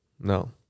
No